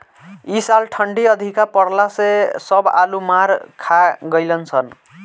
इ साल ठंडी अधिका पड़ला से सब आलू मार खा गइलअ सन